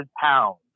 pounds